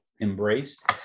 Embraced